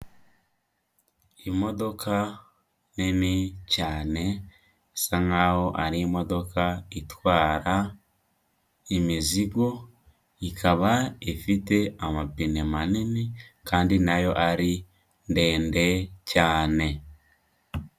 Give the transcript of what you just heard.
Imodoka nini cyane, isa nk'aho ari imodoka itwara imizigo, ikaba ifite amapine manini kandi na yo ari ndende cyane.